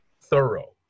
thorough